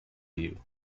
you